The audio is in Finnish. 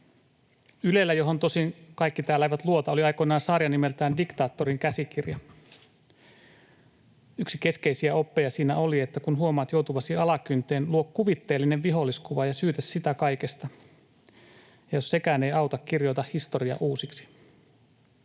Ylellä, johon tosin kaikki täällä eivät luota, oli aikoinaan sarja nimeltään Diktaattorin käsikirja. Yksi keskeisiä oppeja siinä oli, että kun huomaat joutuvasi alakynteen, luo kuvitteellinen viholliskuva ja syytä sitä kaikesta, ja jos sekään ei auta, kirjoita historia uusiksi.